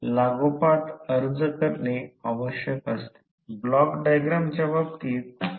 म्हणजे याचा अर्थ v N d ∅ d t पण प्रश्न असा आहे की हा फ्लक्स ∅ हे करंट I वर अवलंबून आहे